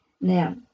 now